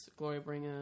Glorybringer